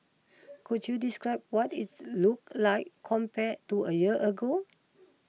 could you describe what it look like compared to a year ago